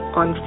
on